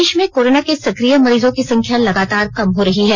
देश में कोरोना के सक्रिय मरीजों की संख्या लगातार कम हो रही है